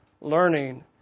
learning